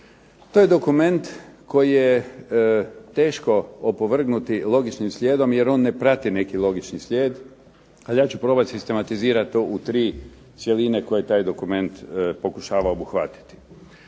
To je dokument koji je teško opovrgnuti logičnim slijedom jer on ne prati neki logični slijed, ali ja ću probati sistematizirati to u tri cjeline koji taj dokument pokušava obuhvatiti.